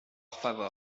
favor